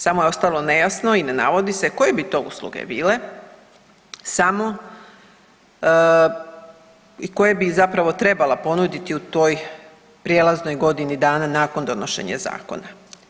Samo je ostalo nejasno i ne navodi se koji bi to usluge bile i koje bi zapravo trebala ponuditi u toj prijelaznoj godini dana nakon donošenja Zakona.